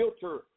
filter